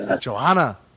Johanna